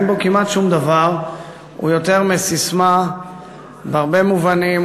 הוא לא יותר מססמה בהרבה מובנים.